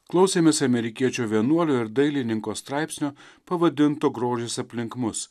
klausėmės amerikiečio vienuolio ir dailininko straipsnio pavadinto grožis aplink mus